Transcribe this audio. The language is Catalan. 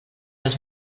les